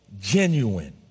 genuine